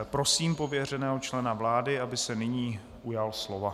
Prosím pověřeného člena vlády, aby se nyní ujal slova.